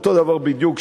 הוא אותו דבר בדיוק,